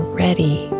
ready